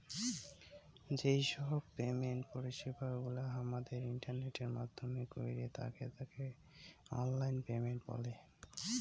যেই সব পেমেন্ট পরিষেবা গুলা হামাদের ইন্টারনেটের মাইধ্যমে কইরে তাকে অনলাইন পেমেন্ট বলঙ